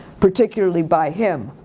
particularly by him.